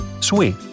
Sweet